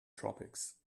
tropics